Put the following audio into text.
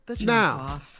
Now